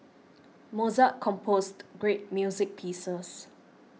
Mozart composed great music pieces